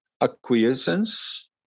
acquiescence